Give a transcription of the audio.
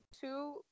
two